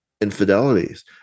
infidelities